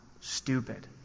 Stupid